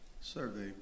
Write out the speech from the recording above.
survey